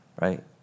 right